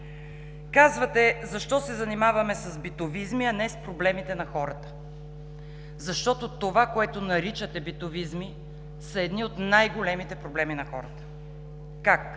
Казвате: защо се занимаваме с битовизми, а не с проблемите на хората? Защото това, което наричате „битовизми“, са едни от най-големите проблеми на хората. Как?